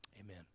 amen